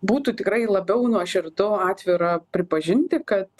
būtų tikrai labiau nuoširdu atvira pripažinti kad